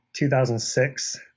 2006